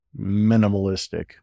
minimalistic